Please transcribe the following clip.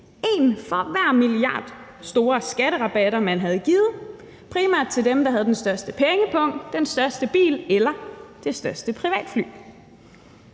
en for hver milliardstor skatterabat, man havde givet primært til dem, der havde den største pengepung, den største bil eller det største privatfly.